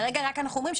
כרגע אנחנו רק אומרים,